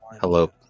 Hello